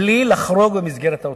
בלי לחרוג ממסגרת ההוצאה.